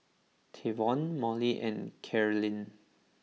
Trayvon Mollie and Karyn